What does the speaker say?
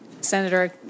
Senator